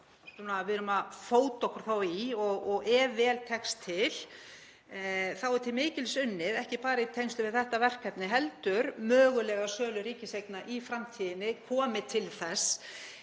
við erum að fóta okkur í og ef vel tekst til er til mikils unnið, ekki bara í tengslum við þetta verkefni heldur mögulega sölu ríkiseigna í framtíðinni komi til þess,